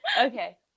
Okay